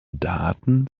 daten